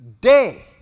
day